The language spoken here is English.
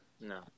No